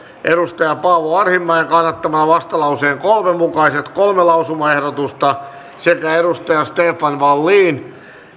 on paavo arhinmäen kannattamana vastalauseen kolme mukaiset kolme lausumaehdotusta stefan wallin